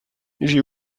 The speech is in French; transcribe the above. j’ai